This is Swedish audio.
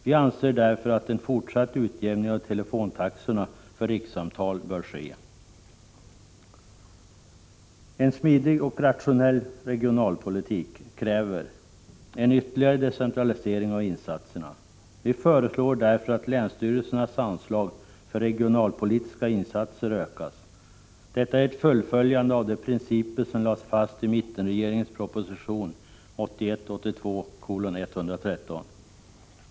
Vi anser därför att en fortsatt utjämning av telefontaxorna för rikssamtal bör ske. En smidig och rationell regionalpolitik kräver en ytterligare decentralisering av insatserna. Vi föreslår därför att länsstyrelsernas anslag för regionalpolitiska insatser ökas. Detta är ett fullföljande av de principer som lades fast i mittenregeringens proposition 1981/82:113.